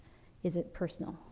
is it personal?